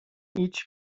idź